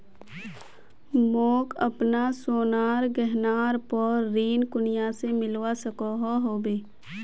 मोक अपना सोनार गहनार पोर ऋण कुनियाँ से मिलवा सको हो?